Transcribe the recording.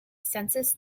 census